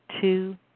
two